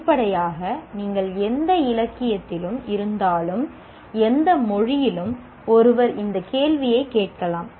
வெளிப்படையாக நீங்கள் எந்த இலக்கியத்திலும் இருந்தாலும் எந்த மொழியிலும் ஒருவர் இந்த கேள்வியைக் கேட்கலாம்